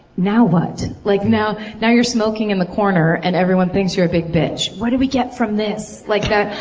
now what? like now now you're smoking in the corner and everyone thinks you're a big bitch. what did we get from this? like the,